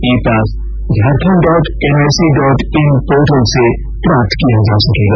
E pass Jharkhand dot NIC dot in portal से प्राप्त किया जा सकेगा